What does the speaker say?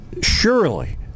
surely